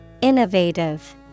Innovative